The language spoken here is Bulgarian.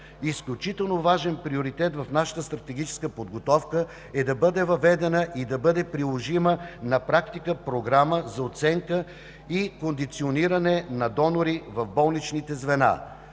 Изключително важен приоритет в нашата стратегическа подготовка е да бъде въведена и да бъде приложима на практика Програма за оценка и кондициониране на донори в болничните звена.